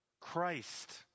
Christ